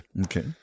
Okay